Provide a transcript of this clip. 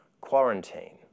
quarantine